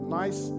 nice